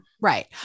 Right